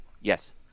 Yes